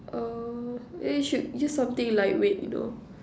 oh then you should use something lightweight you know